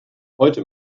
heute